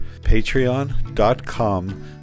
patreon.com